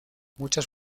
muchas